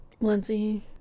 Lindsay